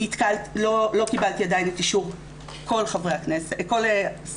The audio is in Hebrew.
לא קיבלתי עדיין את אישור כל הממשלה.